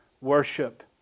worship